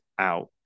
out